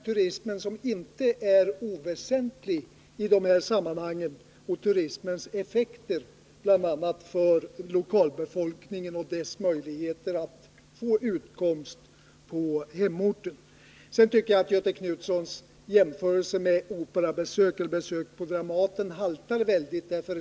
Turismen är inte oväsentlig i det här sammanhanget —jag tänker på turismens effekter bl.a. för lokalbefolkningen och dess möjligheter att få utkomst på hemorten. Göthe Knutsons jämförelse med besök på Operan eller Dramaten haltar väldigt.